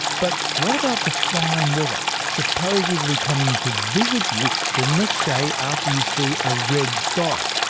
but what about the fine weather supposedly coming to visit you the next day after you see a red sky?